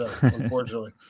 unfortunately